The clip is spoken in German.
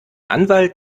anwalt